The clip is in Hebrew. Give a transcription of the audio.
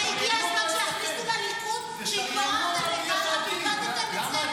אולי הגיע הזמן שיכניסו לליכוד --- למה רק סליחה?